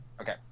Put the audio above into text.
Okay